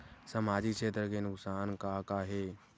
सामाजिक क्षेत्र के नुकसान का का हे?